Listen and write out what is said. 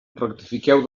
rectifiqueu